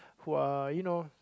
who are you know